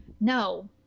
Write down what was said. No